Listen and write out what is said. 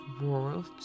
world